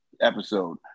episode